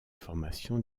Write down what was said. formation